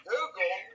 Google